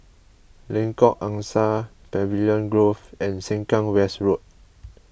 Lengkok Angsa Pavilion Grove and Sengkang West Road